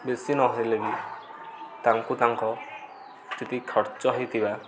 ବେଶୀ ନହେଲେ ବି ତାଙ୍କୁ ତାଙ୍କ ଯେତିକି ଖର୍ଚ୍ଚ ହେଇଥିବା